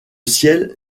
ciel